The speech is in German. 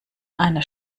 eine